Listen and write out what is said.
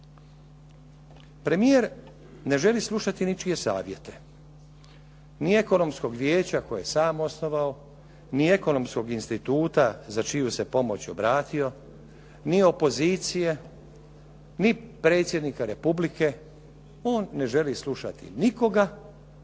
Premijer ne želi slušati ničije savjete, ni Ekonomskog vijeća koje je sam osnovao, ni Ekonomskog instituta za čiju se pomoć obratio, ni opozicije, ni predsjednika Republike, on ne želi slušati nikoga